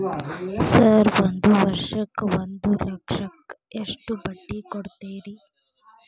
Sir ಒಂದು ವರ್ಷಕ್ಕ ಒಂದು ಲಕ್ಷಕ್ಕ ಎಷ್ಟು ಬಡ್ಡಿ ಕೊಡ್ತೇರಿ?